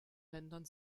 ländern